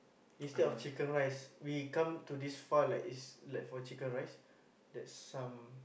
instead of chicken-rice we come to this far like it's for chicken rice that's some